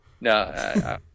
No